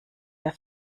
der